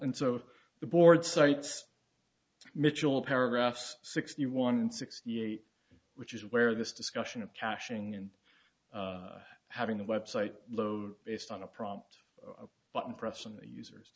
and so the board sites mitchell paragraphs sixty one sixty eight which is where this discussion of cashing in having a website based on a prompt button press and a user